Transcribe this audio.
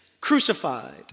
crucified